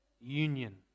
Union